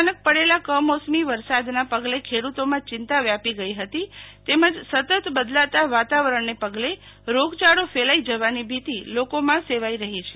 અચાનક પડેલા કમોસમી વરસાદના પગલે ખેડૂતોમાં ચિંતા વ્યાપી ગઈ હતી તેમજ સતત બદલાતા વાતાવરણને પગલે રોગાળો ફેલાઈ જવની ભીતિ લોકોમાં સેવાઈ રહી છે